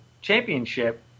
championship